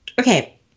okay